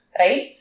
right